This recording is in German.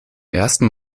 ersten